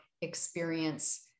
experience